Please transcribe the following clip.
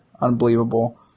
Unbelievable